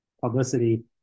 publicity